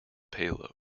payload